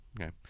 Okay